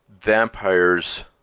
vampires